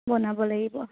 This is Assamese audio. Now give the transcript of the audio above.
বনাব লাগিব